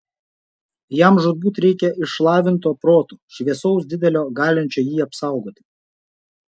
jam žūtbūt reikia išlavinto proto šviesaus didelio galinčio jį apsaugoti